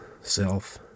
self